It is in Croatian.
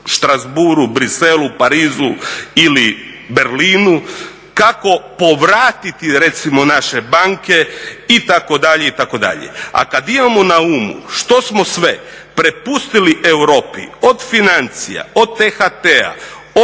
Strasbourgu, Bruxellesu, Parisu ili Berlinu, kako povratiti recimo naše banke itd. itd. A kad imamo na umu što smo sve prepustili Europi od financija, od THT-a, od